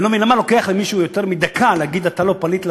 ואני לא מבין למה לוקח למישהו יותר מדקה להגיד: אתה לא פליט,